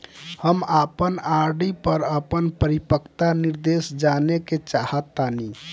हम अपन आर.डी पर अपन परिपक्वता निर्देश जानेके चाहतानी